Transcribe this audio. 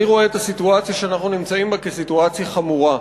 אני רואה את הסיטואציה שאנחנו מצביעים בה כסיטואציה חמורה,